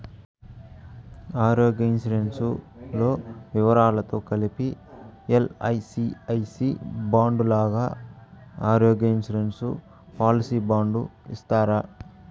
ఆరోగ్య ఇన్సూరెన్సు లో వివరాలతో కలిపి ఎల్.ఐ.సి ఐ సి బాండు లాగా ఆరోగ్య ఇన్సూరెన్సు పాలసీ బాండు ఇస్తారా?